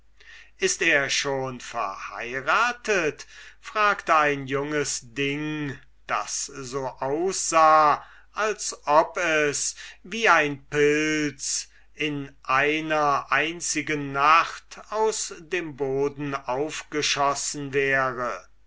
ist er schon verheuratet fragte ein junges ding das so aussah als ob es wie ein pilz in einer einzigen nacht aus dem boden aufgeschossen wäre